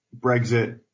Brexit